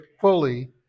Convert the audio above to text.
fully